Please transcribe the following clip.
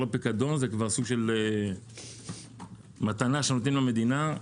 לא פיקדון אלא סוג של מתנה שנותנים למדינה.